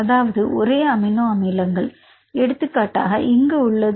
அதாவது ஒரே அமினோ அமிலங்கள் எடுத்துக்காட்டாக இங்கு உள்ளது